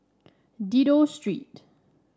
Dido Street